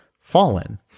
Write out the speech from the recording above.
fallen